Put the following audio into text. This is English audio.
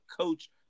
coach